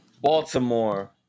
baltimore